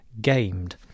gamed